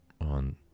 on